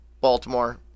Baltimore